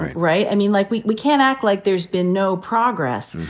right, i mean, like, we we can't act like there's been no progress.